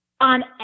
on